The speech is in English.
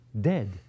dead